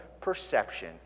perception